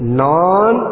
non